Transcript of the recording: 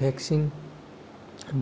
vaccine